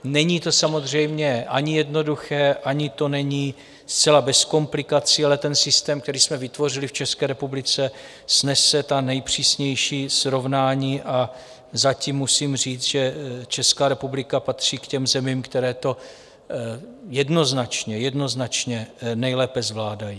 Není to samozřejmě ani jednoduché, ani to není zcela bez komplikací, ale systém, který jsme vytvořili v České republice, snese ta nejpřísnější srovnání a zatím musím říct, že Česká republika patří k zemím, které to jednoznačně nejlépe zvládají.